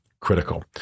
critical